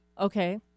Okay